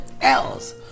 else